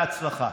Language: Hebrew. בהצלחה.